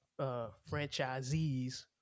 franchisees